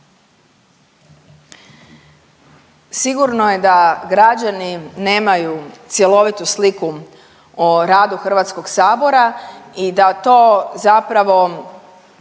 Sigurno je da građani nemaju cjelovitu sliku o radu Hrvatskog sabora i da to zapravo